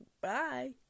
bye